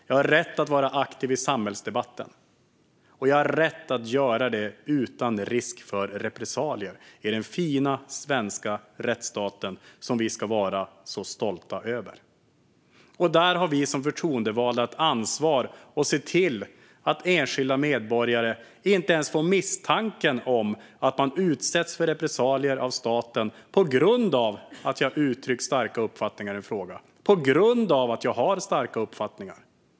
Jag har rätt att vara aktiv i samhällsdebatten. Jag har rätt att göra detta utan risk för repressalier. Så är det i den fina svenska rättsstaten, som vi ska vara stolta över. Vi har som förtroendevalda ett ansvar att se till att enskilda medborgare inte ens får en misstanke om att de utsätts för repressalier av staten på grund av att de uttryckt starka uppfattningar i en fråga, på grund av att de har starka uppfattningar.